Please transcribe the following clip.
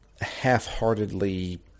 half-heartedly